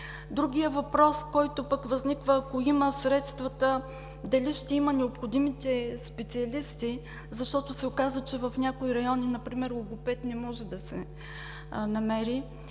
Другият въпрос, който пък възниква: ако има средствата, дали ще има необходимите специалисти, защото се оказа, че в някои райони например логопед не може да се намери?